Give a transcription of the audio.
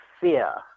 fear